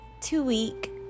two-week